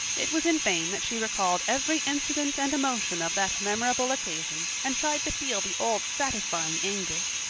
it was in vain that she recalled every incident and emotion of that memorable occasion and tried to feel the old satisfying anger.